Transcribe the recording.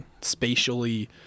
spatially